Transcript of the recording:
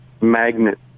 magnet